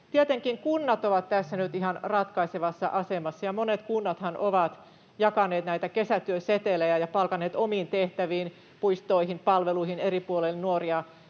Tietenkin kunnat ovat tässä nyt ihan ratkaisevassa asemassa, ja monet kunnathan ovat jakaneet näitä kesätyöseteleitä ja palkanneet omiin tehtäviin, puistoihin, palveluihin, eri puolille nuoria